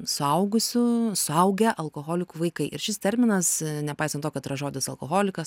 suaugusių suaugę alkoholikų vaikai ir šis terminas nepaisant to kad yra žodis alkoholikas